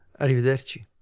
Arrivederci